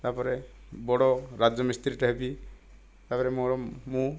ତା'ପରେ ବଡ଼ ରାଜମିସ୍ତ୍ରୀଟେ ହେବି ତା'ପରେ ମୋର ମୁଁ